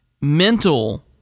mental